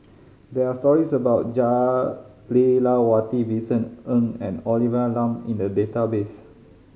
there are stories about Jah Lelawati Vincent Ng and Olivia Lum in the database